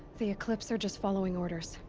the eclipse are just following orders.